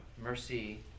Mercy